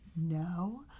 no